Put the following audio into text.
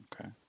Okay